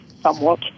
somewhat